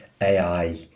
ai